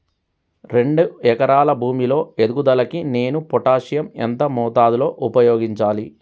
రెండు ఎకరాల భూమి లో ఎదుగుదలకి నేను పొటాషియం ఎంత మోతాదు లో ఉపయోగించాలి?